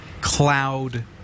cloud